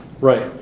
right